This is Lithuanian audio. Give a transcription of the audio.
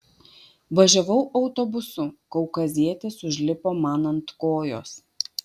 važiavau autobusu kaukazietis užlipo man ant kojos